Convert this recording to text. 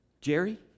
Jerry